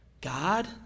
God